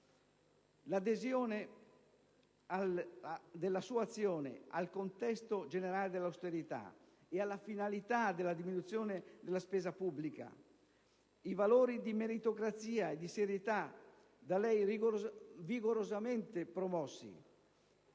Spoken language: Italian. L'adesione della sua azione al contesto generale della austerità ed alla finalità della diminuzione della spesa pubblica, i valori di meritocrazia e di serietà da lei vigorosamente promossi,